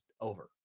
over